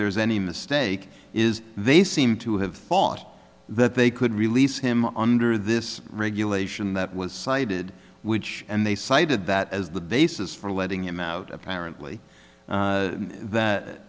there is any mistake is they seem to have thought that they could release him under this regulation that was cited which and they cited that as the basis for letting him out apparently that that